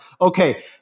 okay